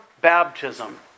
baptism